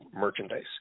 merchandise